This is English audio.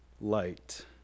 light